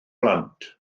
blant